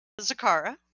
Zakara